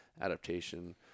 adaptation